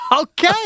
Okay